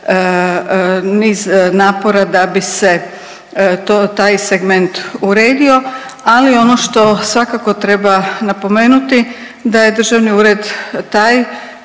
niz napora da bi se to, taj segment uredio, ali ono što svakako treba napomenuti, da je državni ured taj